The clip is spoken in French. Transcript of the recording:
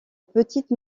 petites